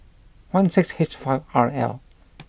one six H five R L